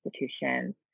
institutions